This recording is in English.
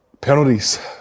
Penalties